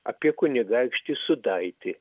apie kunigaikštį sudaitį